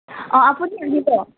অ' আপুনি আহিব